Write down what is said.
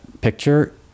picture